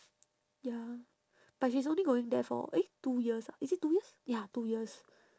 ya but she is only going there for eh two years ah is it two years ya two years